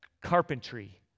carpentry